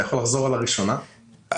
אתה יכול לחזור על השאלה הראשונה?